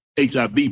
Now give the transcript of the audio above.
HIV